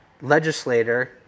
legislator